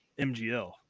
MGL